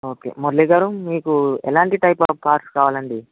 okay Murali గారు మీకు ఎలాంటి టైప్ ఆఫ్ కార్స్ కావాలండి